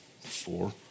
four